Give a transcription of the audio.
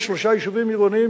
לשלושה יישובים עירוניים,